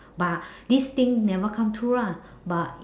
but this thing never come true lah but